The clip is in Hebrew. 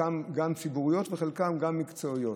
חלקן ציבוריות וחלקן מקצועיות.